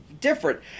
different